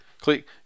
click